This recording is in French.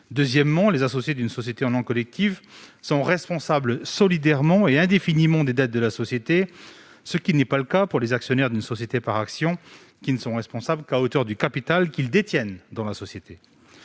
De plus, les associés d'une société en nom collectif sont responsables solidairement et indéfiniment des dettes de la société, ce qui n'est pas le cas pour les actionnaires d'une société par actions qui ne sont responsables qu'à hauteur du capital qu'ils détiennent dans la société.